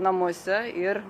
namuose ir